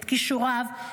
את כישוריו,